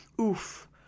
oof